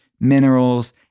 minerals